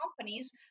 companies